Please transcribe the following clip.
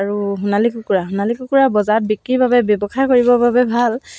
মই সৰু সৰু হৈ থাকোঁতে মানে মই ছিক্স ছেভেনত পঢ়ি থাকোঁতে